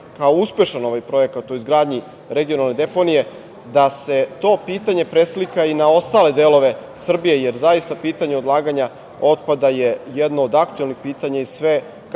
kao uspešan ovaj projekat o izgradnji Regionalne deponije da se to pitanje preslika i na ostale delove Srbije? Jer, zaista, pitanje odlaganja otpada je jedno od aktuelnih pitanja i sve